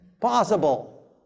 possible